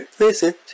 Listen